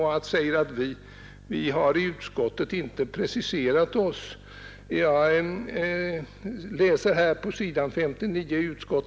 Han säger att vi inte har preciserat oss i betänkandet på denna punkt.